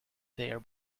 there